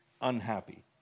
unhappy